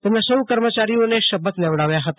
તેમણે સૌ કર્મચારીઓને શપથ લેવડાવ્યા હતા